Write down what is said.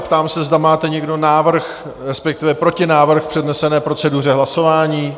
Ptám se, zda má někdo návrh, respektive protinávrh k přednesené proceduře hlasování?